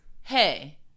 hey